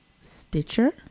Stitcher